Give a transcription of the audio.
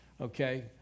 Okay